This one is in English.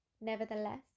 Nevertheless